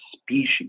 species